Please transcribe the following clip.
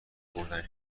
بردمش